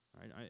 Right